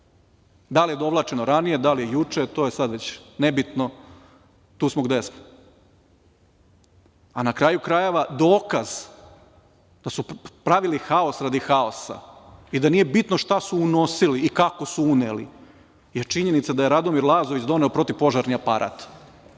Da li je dovlačeno ranije, da li je juče? To je sada već nebitno. Tu smo gde smo. Na kraju krajeva, dokaz da su pravili haos radi haosa i da nije bitno šta su unosili i kako su uneli je činjenica da je Radomir Lazović doneo protivpožarni aparat,